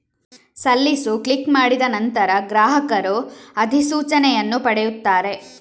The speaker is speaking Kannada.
ಸಲ್ಲಿಸು ಕ್ಲಿಕ್ ಮಾಡಿದ ನಂತರ, ಗ್ರಾಹಕರು ಅಧಿಸೂಚನೆಯನ್ನು ಪಡೆಯುತ್ತಾರೆ